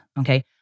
okay